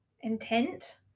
intent